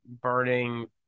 burning